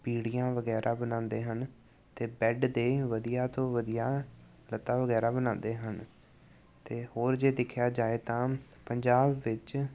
ਪੀੜੀਆਂ ਵਗੈਰਾ ਬਣਾਉਂਦੇ ਹਨ ਅਤੇ ਬੈਡ ਦੇ ਵਧੀਆ ਤੋਂ ਵਧੀਆ ਲੱਤਾਂ ਵਗੈਰਾ ਬਣਾਉਂਦੇ ਹਨ ਅਤੇ ਹੋਰ ਜੇ ਦੇਖਿਆ ਜਾਏ ਤਾਂ ਪੰਜਾਬ ਵਿਚ